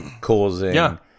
causing